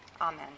Amen